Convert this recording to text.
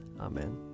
Amen